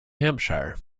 hampshire